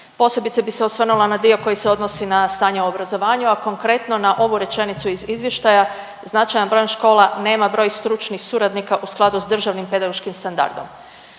Posebice bi se osvrnula na dio koji se odnosi na stanje u obrazovanju, a konkretno na ovu rečenicu iz izvještaja. Značajan broj škola nema broj stručnih suradnika u skladu s državnim pedagoškim standardom.